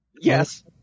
Yes